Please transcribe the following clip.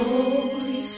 Holy